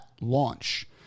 launch